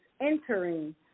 entering